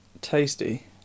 tasty